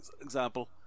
example